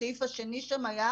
הסעיף השני שם היה: